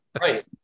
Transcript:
right